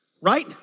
Right